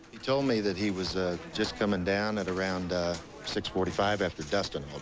he told me that he was just coming down at around six forty five after dusting